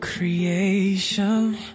Creation